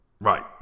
Right